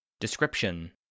Description